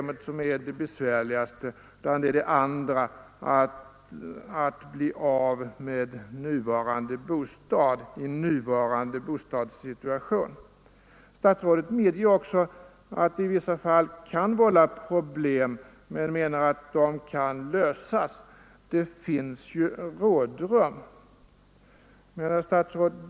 Men det besvärligaste problemet är ofta att bli av med den nuvarande bostaden. Statsrådet medger också att det i vissa fall kan vålla problem men anser att de kan lösas. ”Det finns ju rådrum”.